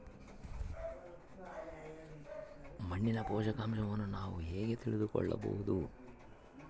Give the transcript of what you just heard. ಮಣ್ಣಿನ ಪೋಷಕಾಂಶವನ್ನು ನಾನು ಹೇಗೆ ತಿಳಿದುಕೊಳ್ಳಬಹುದು?